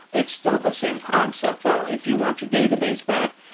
it's still the same concept though. if you want your database back,